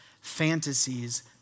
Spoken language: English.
fantasies